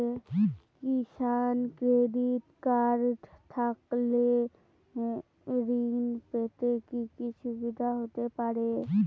কিষান credit card থাকলে ঋণ পেতে কি কি সুবিধা হতে পারে?